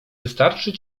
wystarczy